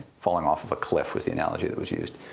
falling off a cliff was the analogy that was used.